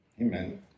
amen